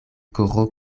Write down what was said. koro